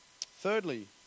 thirdly